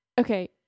Okay